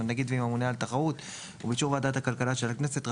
עם הנגיד ועם הממונה על התחרות ובאישור ועדת הכלכלה של הכנסת,